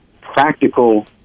practical